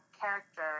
character